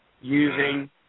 using